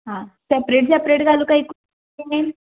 हां separate separate घालूं कांय एकूच कडेन